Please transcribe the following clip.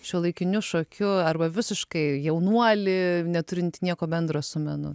šiuolaikiniu šokiu arba visiškai jaunuolį neturintį nieko bendro su menu